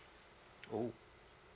oh